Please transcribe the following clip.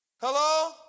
Hello